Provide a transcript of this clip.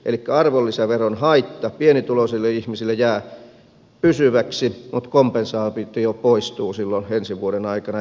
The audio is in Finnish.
elikkä arvonlisäveron haitta pienituloisille ihmisille jää pysyväksi mutta kompensaatio poistuu silloin ensi vuoden aikana